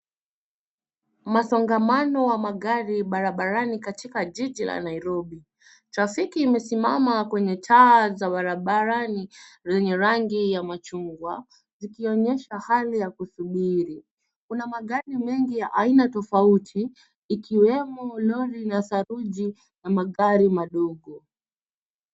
Masongamano wa magari barabarani katika jiji la nairobi . Trafiki imesimama kwenye taa za barabarani lenye rangi ya machungwa zikionyesha hali ya kusubiri. Kuna magari mengi ya aina tofauti, ikiwemo lori la saruji na magari madogo.